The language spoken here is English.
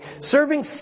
Serving